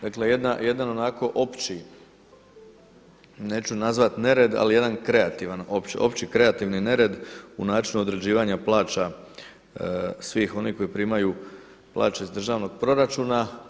Dakle jedan onako opći, neću nazvati nered ali jedan kreativan, opći kreativan nered u načinu određivanja plaća svih onih koji primaju plaće iz državnog proračuna.